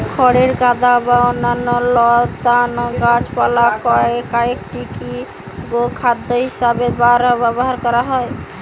খড়ের গাদা বা অন্যান্য লতানা গাছপালা কাটিকি গোখাদ্য হিসেবে ব্যবহার করা হয়